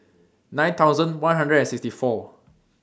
nine thousand one hundred and sixty four